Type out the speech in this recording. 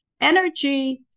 energy